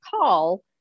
call